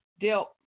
dealt